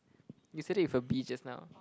you said it with a B just now